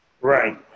Right